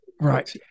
right